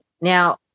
Now